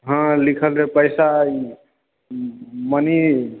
हँ लिखल रहै पैसा मनी